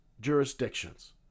jurisdictions